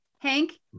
Hank